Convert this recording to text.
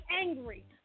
angry